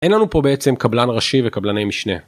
אין לנו פה בעצם קבלן ראשי וקבלני משנה.